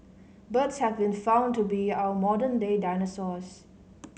birds have been found to be our modern day dinosaurs